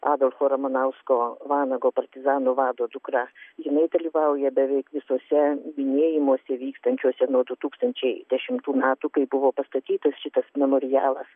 adolfo ramanausko vanago partizanų vado dukra jinai dalyvauja beveik visuose minėjimuose vykstančiuose nuo du tūkstančiai dešimtų metų kai buvo pastatytas šitas memorialas